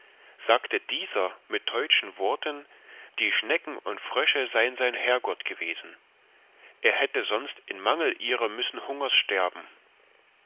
sagte dieser mit teutschen worten die schnecken und frösche sein sein herrgott gewesen er hätte sonst in mangel ihrer müssen hungers sterben